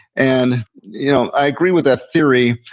and you know i agree with that theory.